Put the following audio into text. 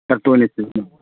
ꯈꯔ ꯇꯣꯏꯅ